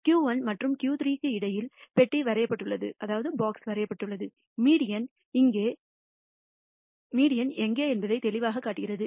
Q1 மற்றும் Q3 க்கு இடையில் பெட்டி வரையப்பட்டுள்ளது மீடியன் எங்கே என்பதை தெளிவாகக் காட்டுகிறது